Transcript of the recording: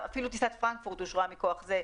אפילו טיסת פרנקפורט מכוח זה.